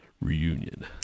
Reunion